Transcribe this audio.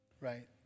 right